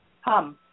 hum